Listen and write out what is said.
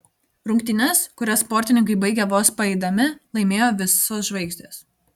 rungtynes kurias sportininkai baigė vos paeidami laimėjo visos žvaigždės